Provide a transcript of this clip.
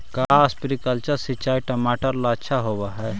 का स्प्रिंकलर सिंचाई टमाटर ला अच्छा होव हई?